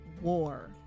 war